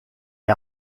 est